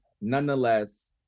nonetheless